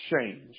change